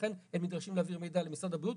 לכן הם נדרשים להעביר מידע למשרד הבריאות,